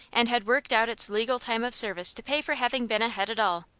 and had worked out its legal time of service to pay for having been a head at all.